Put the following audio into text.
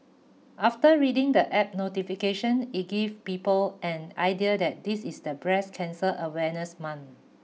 after reading the App notification it give people an idea that this is the breast cancer awareness month